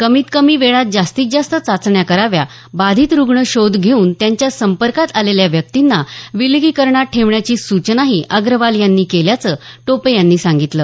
कमीत कमी वेळात जास्तीत जास्त चाचण्या कराव्या बाधित रुग्ण शोध घेऊन त्यांच्या संपर्कात आलेल्या व्यक्तींना विलगीकरणात ठेवण्याची सूचनाही अग्रवाल यांनी केल्याचं टोपे यांनी सांगीतलं